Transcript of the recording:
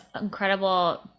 incredible